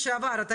מגיעים בדרכם,